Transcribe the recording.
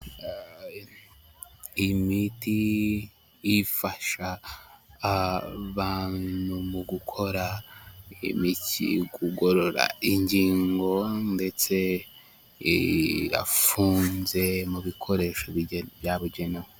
Imiti ifasha mu gukora imiti, bkugorora ingingo ndetse irafunze mu bikoresho bigiye byabugenewe.